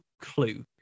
clue